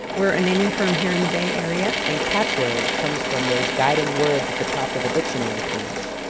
we're a naming firm here in the bay area. and catchword comes from those guiding words at the top of a dictionary page.